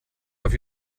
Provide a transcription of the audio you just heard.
auf